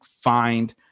find